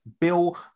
Bill